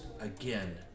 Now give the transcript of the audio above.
again